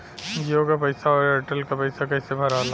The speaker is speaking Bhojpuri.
जीओ का पैसा और एयर तेलका पैसा कैसे भराला?